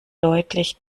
deutlich